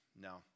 no